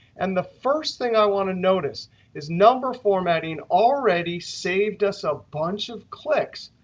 and the first thing i want to notice is number formatting already saved us a bunch of clicks.